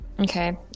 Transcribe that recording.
Okay